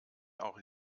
auch